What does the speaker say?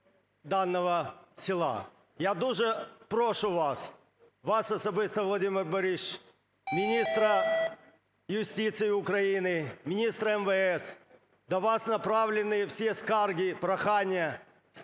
даного села. Я дуже прошу вас, вас особисто, Володимире Борисовичу, міністра юстиції України, міністра МВС, до вас направлені всі скарги і прохання